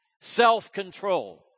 self-control